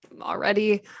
already